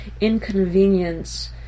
inconvenience